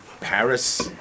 Paris